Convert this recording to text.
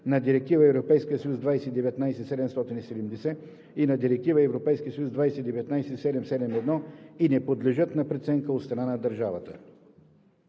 на Директива (ЕС) 2019/770 и на Директива (ЕС) 2019/771 и не подлежат на преценка от страна на държавата.